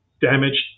damaged